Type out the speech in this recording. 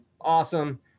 awesome